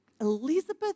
Elizabeth